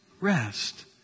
rest